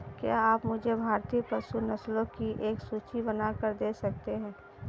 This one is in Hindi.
क्या आप मुझे भारतीय पशु नस्लों की एक सूची बनाकर दे सकते हैं?